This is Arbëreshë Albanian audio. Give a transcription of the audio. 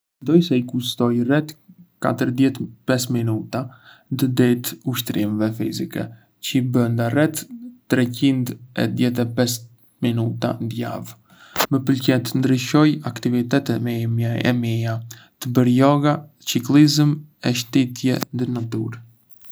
Mendoj se i kushtoj rreth dizet e pes minuta ndë ditë ushtrimeve fizike, që bëjndë rreth treqind-dhjetë epes minuta ndë javë. Më pëlqen të ndryshoj aktivitetet e mia, të bërë yoga, çiklizëm e shëtitje ndë natyrë.